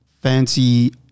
fancy